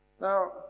Now